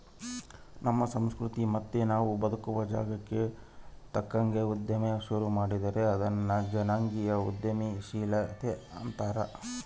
ನಮ್ಮ ಸಂಸ್ಕೃತಿ ಮತ್ತೆ ನಾವು ಬದುಕುವ ಜಾಗಕ್ಕ ತಕ್ಕಂಗ ಉದ್ಯಮ ಶುರು ಮಾಡಿದ್ರೆ ಅದನ್ನ ಜನಾಂಗೀಯ ಉದ್ಯಮಶೀಲತೆ ಅಂತಾರೆ